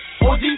OG